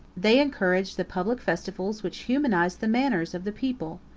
they encouraged the public festivals which humanize the manners of the people.